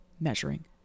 measuring